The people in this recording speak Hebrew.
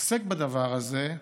עוסק בדבר הזה,